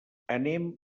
anem